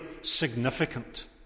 significant